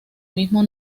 mismo